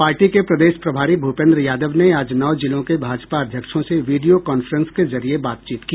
party के प्रदेश प्रभारी भूपेन्द्र यादव ने आज नौ जिलों के भाजपा अध्यक्षों से वीडियो कॉफ्रेंस के जरिये बातचीत किया